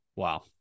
Wow